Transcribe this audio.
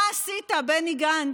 מה עשית, בני גנץ?